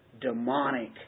demonic